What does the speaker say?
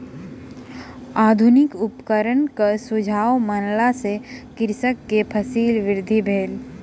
आधुनिक उपकरणक सुझाव मानला सॅ कृषक के फसील वृद्धि भेल